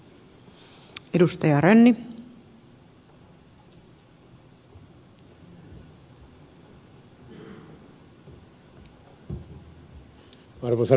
arvoisa rouva puhemies